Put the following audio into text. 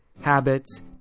habits